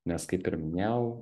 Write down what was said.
nes kaip ir minėjau